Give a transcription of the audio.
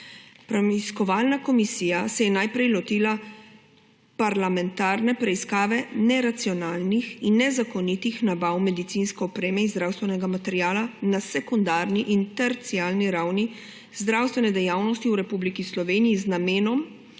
Preiskovalna komisija se je najprej lotila parlamentarne preiskave neracionalnih in nezakonitih nabav medicinske opreme in zdravstvenega materiala na sekundarni in terciarni ravni zdravstvene dejavnosti v Republiki Sloveniji z namenom